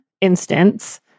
instance